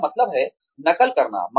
जिसका मतलब है नकल करना